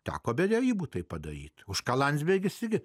teko vedybų tai padaryti už ką landsbergis irgi